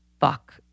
fuck